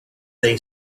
they